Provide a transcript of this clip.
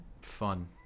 fun